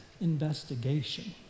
investigation